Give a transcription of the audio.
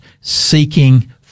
seeking